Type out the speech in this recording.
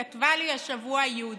כתבה לי השבוע י'.